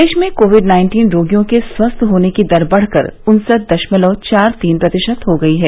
देश में covid nineteen रोगियों के स्वस्थ होने की दर बढ़कर उन्सठ दशमलव चार तीन प्रतिशत हो गई है